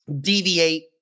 deviate